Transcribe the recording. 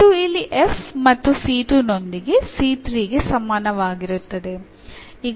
ಇದು ಇಲ್ಲಿ f ಮತ್ತು ನೊಂದಿಗೆ ಗೆ ಸಮಾನವಾಗಿರುತ್ತದೆ